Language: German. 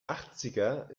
achtziger